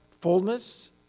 fullness